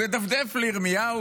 והוא ידפדף לירמיהו,